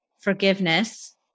forgiveness